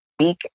speak